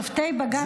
שופטי בג"ץ,